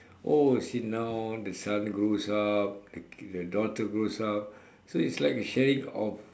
oh see now the son grows up the daughter grows up so it's like a sharing of